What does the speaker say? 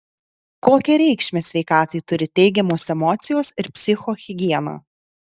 kokią reikšmę sveikatai turi teigiamos emocijos ir psichohigiena